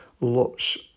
lots